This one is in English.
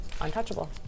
Untouchable